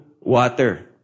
water